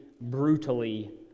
brutally